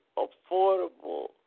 affordable